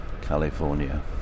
California